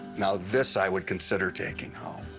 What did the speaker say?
now this i would consider taking home.